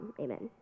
Amen